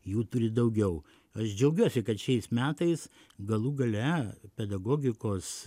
jų turi daugiau aš džiaugiuosi kad šiais metais galų gale pedagogikos